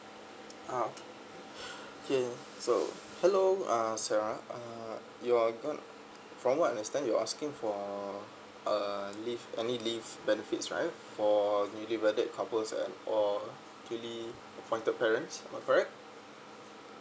uh okay so hello uh sarah uh your gon~ from what I understand you asking for uh leave any leave benefits right for newlywedded couples and or newly appointed parents am I correct